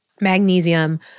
magnesium